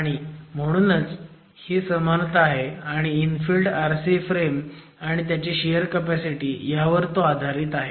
आणि म्हणून ही समानता आहे आणि इन्फिल्ड RC फ्रेम आणि त्याची शियर कपॅसिटी ह्यावर तो आधारित आहे